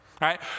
right